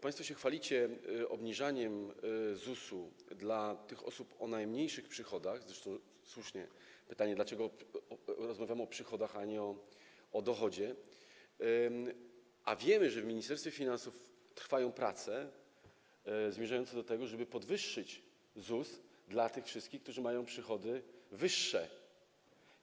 Państwo się chwalicie obniżaniem ZUS-u dla tych osób o najmniejszych przychodach - zresztą słuszne jest pytanie, dlaczego rozmawiamy o przychodach, a nie o dochodzie - a wiemy, że w Ministerstwie Finansów trwają prace zmierzające do tego, żeby podwyższyć ZUS dla tych wszystkich, którzy mają wyższe przychody.